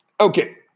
Okay